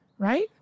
Right